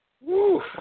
Woo